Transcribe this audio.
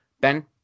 Ben